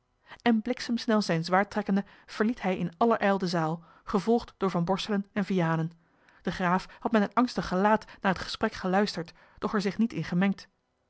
en bliksemsnel zijn zwaard trekkende verliet hij in allerijl de zaal gevolgd door van borselen en vianen de graaf had met een angstig gelaat naar het gesprek geluisterd doch er zich niet in gemengd